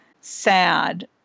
sad